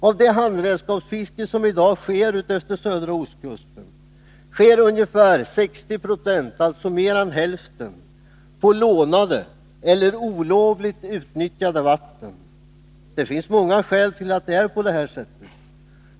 Av det handredskapsfiske som f. n. förekommer utefter södra ostkusten sker ungefär 60 926, alltså mer än hälften, i lånade eller olovligt utnyttjade vatten. Det finns många skäl till att det är så.